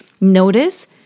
notice